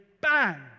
bang